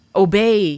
Obey